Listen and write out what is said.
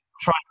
try